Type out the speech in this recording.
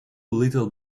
little